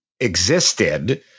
existed